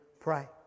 pray